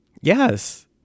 Yes